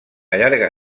llarga